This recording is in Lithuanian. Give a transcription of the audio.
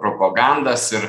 propagandas ir